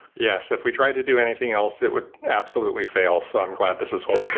yes. if we try to do anything else, it would absolutely fail. so i'm glad this is what we did.